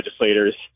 legislators